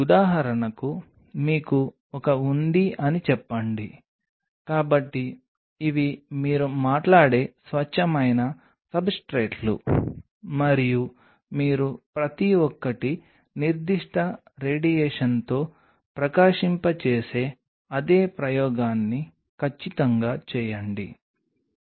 ఉదాహరణకు చెప్పండి ఇక్కడ మీరు ఒక గ్లాస్ సబ్స్ట్రేట్ని కలిగి ఉన్నారు గాజు ఉపరితలంపై మీరు పాలీ డి లైసిన్ను జమ చేస్తారు డిపాజిట్ పాలీ డి లైసిన్